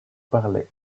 parlais